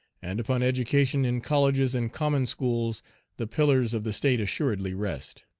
and upon education in colleges and common schools the pillars of the state assuredly rest.